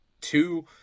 two